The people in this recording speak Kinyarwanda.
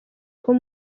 kuba